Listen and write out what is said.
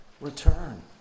return